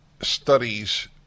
studies